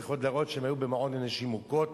צריכות להראות שהן היו במעון לנשים מוכות.